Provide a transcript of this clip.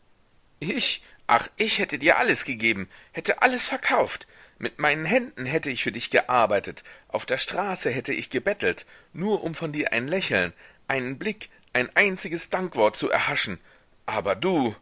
ich ach ich hätte dir alles gegeben hätte alles verkauft mit meinen händen hätte ich für dich gearbeitet auf der straße hätte ich gebettelt nur um von dir ein lächeln einen blick ein einziges dankwort zu erhaschen aber du